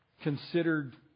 considered